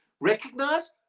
recognize